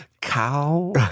Cow